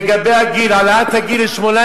לגבי הגיל, העלאת הגיל ל-18.